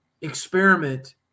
experiment